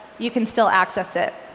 you can still access it.